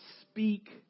speak